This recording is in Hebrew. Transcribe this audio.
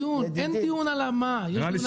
אין דיון על המה, יש דיון על האיך.